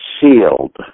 sealed